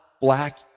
black